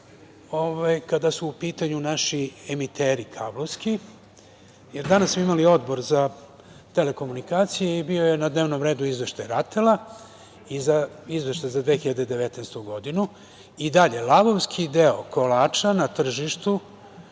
kada su u pitanju naši kablovski emiteri. Danas smo imali Odbor za telekomunikacije i bio je na dnevnom redu izveštaj RATEL-a, Izveštaj za 2019, i dalje lavovski deo kolača na tržištu